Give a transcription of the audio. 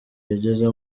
yageze